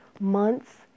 months